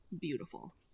beautiful